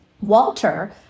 Walter